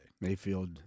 Mayfield